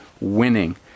winning